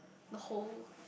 the hole